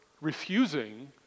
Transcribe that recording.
refusing